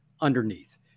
underneath